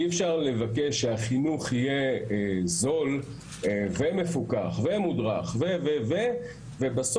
אי אפשר לבקש שהחינוך יהיה זול ומפוקח ומודרך ובסוף